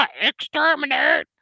exterminate